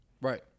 Right